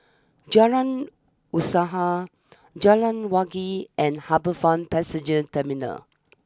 Jalan Usaha Jalan Wangi and HarbourFront Passenger Terminal